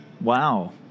Wow